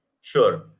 sure